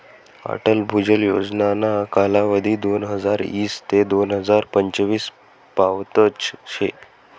अटल भुजल योजनाना कालावधी दोनहजार ईस ते दोन हजार पंचवीस पावतच शे